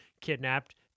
kidnapped